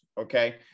okay